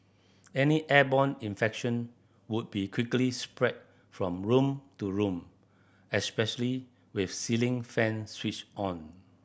any airborne infection would be quickly spread from room to room especially with ceiling fans switched on